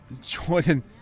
Jordan